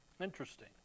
Interesting